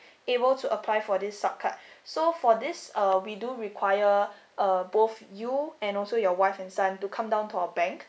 able to apply for this sup card so for this uh we do require uh both you and also your wife and son to come down to our bank